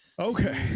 Okay